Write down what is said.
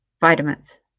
vitamins